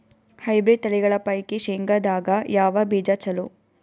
Hybrid ತಳಿಗಳ ಪೈಕಿ ಶೇಂಗದಾಗ ಯಾವ ಬೀಜ ಚಲೋ?